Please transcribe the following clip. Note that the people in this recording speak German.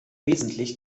wesentlich